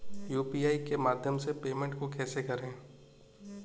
UPI के माध्यम से पेमेंट को कैसे करें?